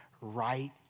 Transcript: Right